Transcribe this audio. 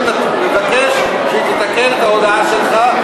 אני מבקש שתתקן את ההודעה שלך,